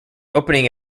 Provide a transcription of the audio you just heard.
opening